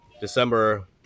december